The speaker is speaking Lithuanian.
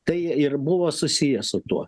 tai ir buvo susiję su tuo